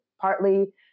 partly